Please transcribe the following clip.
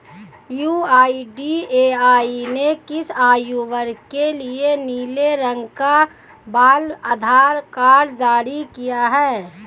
UIDAI ने किस आयु वर्ग के लिए नीले रंग का बाल आधार कार्ड जारी किया है?